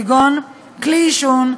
כגון כלי עישון,